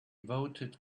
voted